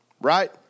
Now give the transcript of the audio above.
Right